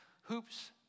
hoops